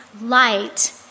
light